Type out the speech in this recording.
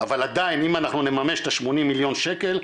אבל עדיין אם אנחנו נממש את ה-80 מיליון שקל,